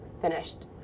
finished